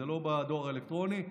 זה לא בדואר האלקטרוני,